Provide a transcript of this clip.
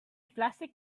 plastic